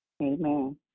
Amen